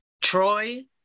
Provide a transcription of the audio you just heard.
Troy